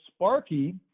Sparky